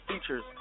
features